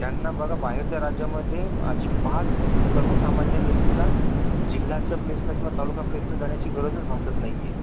त्यांना बघा बाहेरच्या राज्यामध्ये अजिबात सर्वसामान्य व्यक्तीला जिल्ह्याच्या प्लेसला किंवा तालुका प्लेसला जाण्याची गरजच भासत नाही आहे